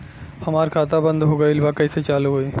हमार खाता बंद हो गईल बा कैसे चालू होई?